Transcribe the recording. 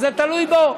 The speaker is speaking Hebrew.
וזה תלוי בו.